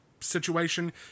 situation